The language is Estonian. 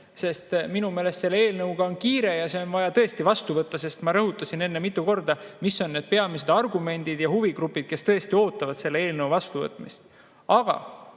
sest minu meelest selle eelnõuga on kiire ja see on vaja tõesti vastu võtta, sest ma rõhutasin enne mitu korda, mis on need peamised argumendid ja huvigrupid, kes tõesti ootavad selle eelnõu vastuvõtmist. Aga